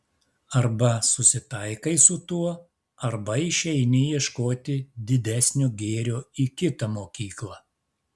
arba susitaikai su tuo arba išeini ieškoti didesnio gėrio į kitą mokyklą